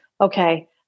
okay